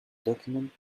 document